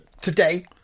today